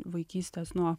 vaikystės nuo